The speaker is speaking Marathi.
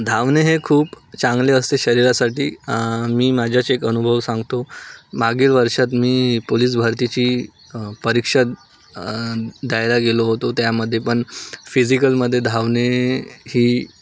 धावणे हे खूप चांगले असते शरीरासाठी मी माझ्याच एक अनुभव सांगतो मागील वर्षात मी पुलीस भरतीची परीक्षा द्यायला गेलो होतो त्यामध्ये पण फिजिकलमध्ये धावणे ही